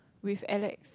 with Alex